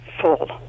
full